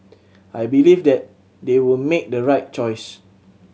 I believe that they will make the right choice